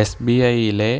S B ഐയിലെ